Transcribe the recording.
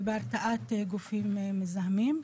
ובהרתעת גופים מזהמים.